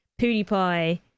PewDiePie